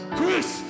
Chris